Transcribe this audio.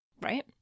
right